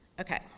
Okay